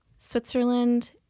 Switzerland